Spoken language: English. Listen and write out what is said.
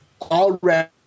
already